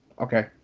okay